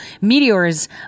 meteors